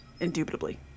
indubitably